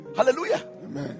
Hallelujah